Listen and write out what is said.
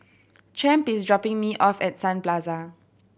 Champ is dropping me off at Sun Plaza